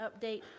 update